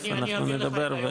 אנחנו נדבר,